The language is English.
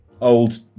old